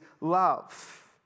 love